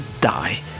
die